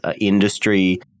industry